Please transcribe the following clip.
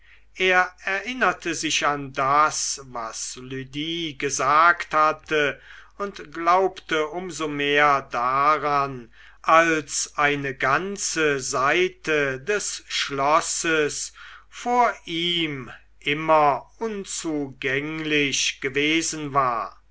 er erinnerte sich an das was lydie gesagt hatte und glaubte um so mehr daran als eine ganze seite des schlosses vor ihm immer unzugänglich gewesen war